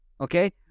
Okay